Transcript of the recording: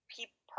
People